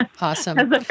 Awesome